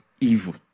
evil